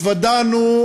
התוודענו